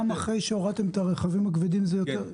גם אחרי שהורדתם את הרכבים הכבדים זה יותר?